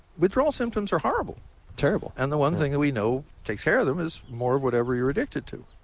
withdrawals symptoms are horrible terrible and the one thing that we know takes care of them is more of whatever you're addicted to.